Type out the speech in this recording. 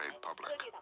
public